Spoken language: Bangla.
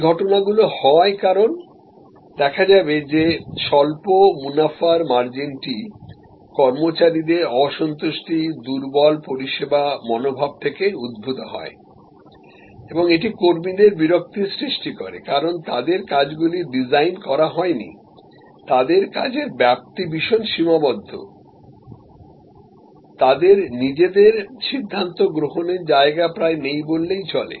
এই ঘটনাগুলো হয় কারণ দেখা যাবে যে স্বল্প মুনাফার মার্জিনটি কর্মচারীদের অসন্তুষ্টি দুর্বল পরিষেবা মনোভাব থেকে উদ্ভূত হয় এবং এটি কর্মীদের বিরক্তির সৃষ্টি করে কারণ তাদের কাজগুলি ডিজাইন করা হয়নি তাদের কাজের ব্যাপ্তি ভীষণ সীমাবদ্ধ তাদের নিজেদের সিদ্ধান্ত গ্রহণের জায়গা প্রায় নেই বললেই চলে